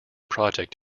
project